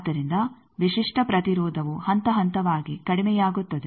ಆದ್ದರಿಂದ ವಿಶಿಷ್ಟ ಪ್ರತಿರೋಧವು ಹಂತಹಂತವಾಗಿ ಕಡಿಮೆಯಾಗುತ್ತದೆ